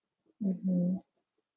mmhmm